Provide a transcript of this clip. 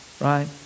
Right